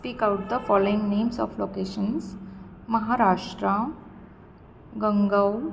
speak out the following names of locations Maharashtra गंगव